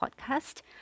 podcast